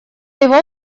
его